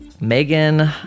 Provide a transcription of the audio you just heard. Megan